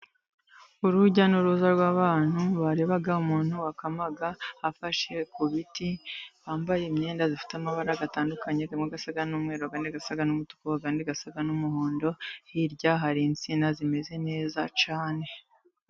Urujya n'uruza rw'abantu bareba umuntu wakamaga afashe ku biti. Bambaye imyenda ifite amabara atandukanye. Amwe asa n'umweru, andi asa n'umutuku, andi asa n'umuhondo. Hirya hari insina zimeze neza cyane.